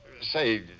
Say